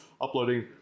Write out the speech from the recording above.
Uploading